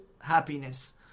happiness